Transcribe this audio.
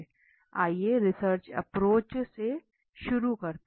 आइए research approach से शुरू करें